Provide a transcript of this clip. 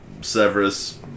Severus